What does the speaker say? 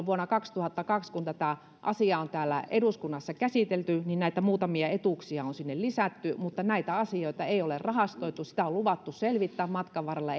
vuonna kaksituhattakaksi kun tätä asiaa on täällä eduskunnassa käsitelty näitä muutamia etuuksia on sinne lisätty mutta näitä asioita ei ole rahastoitu sitä on luvattu selvittää matkan varrella